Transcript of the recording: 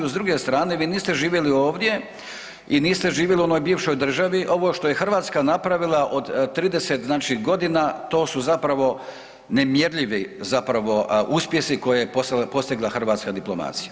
S druge strane vi niste živjeli ovdje i niste živjeli u ovoj bivšoj državi, ovo što je Hrvatska napravila od 30 godina to su zapravo nemjerljivi uspjesi koje je postigla hrvatska diplomacija.